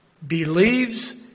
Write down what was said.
believes